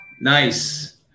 Nice